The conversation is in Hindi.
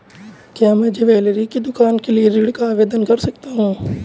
क्या मैं ज्वैलरी की दुकान के लिए ऋण का आवेदन कर सकता हूँ?